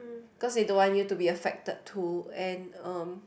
cause they don't want you to be affected too and um